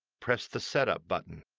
press the setup button.